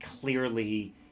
clearly